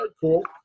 cool